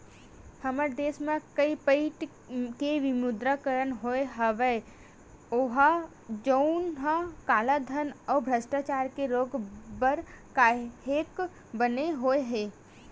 हमर देस म कइ पइत के विमुद्रीकरन होय होय हवय जउनहा कालाधन अउ भस्टाचारी के रोक बर काहेक बने होय हे